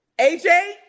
AJ